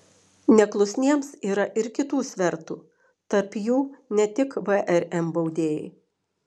neklusniems yra ir kitų svertų tarp jų ne tik vrm baudėjai